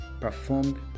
performed